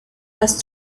has